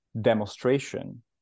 demonstration